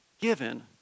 given